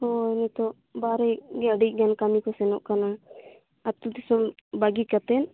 ᱦᱳᱭ ᱱᱤᱛᱚᱜ ᱵᱟᱨᱦᱮ ᱜᱮ ᱟᱹᱰᱤ ᱜᱟᱱ ᱠᱟᱹᱢᱤ ᱠᱚ ᱥᱮᱱᱚᱜ ᱠᱟᱱᱟ ᱟᱹᱛᱩ ᱫᱤᱥᱚᱢ ᱵᱟᱹᱜᱤ ᱠᱟᱛᱮᱫ